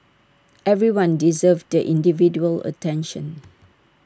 everyone deserves the individual attention